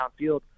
downfield